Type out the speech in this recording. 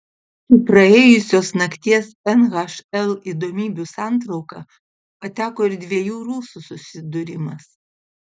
į praėjusios nakties nhl įdomybių santrauką pateko ir dviejų rusų susidūrimas